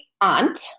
aunt